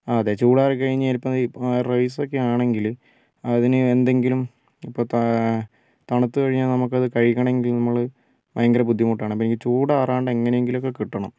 അതെ ചൂട് ആറി കഴിഞ്ഞാൽ ഇപ്പം റൈസ് ഒക്കെ ആണെങ്കിൽ അതിന് എന്തെങ്കിലും ഇപ്പം തണുത്തു കഴിഞ്ഞാല് നമുക്ക് അത് കഴിക്കണമെങ്കില് നമ്മൾ ഭയങ്കര ബുദ്ധിമുട്ടാണ് അപ്പം എനിക്ക് ചൂട് ആറാണ്ട് എങ്ങനെയെങ്കിലും ഒക്കെ കിട്ടണം